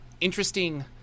interesting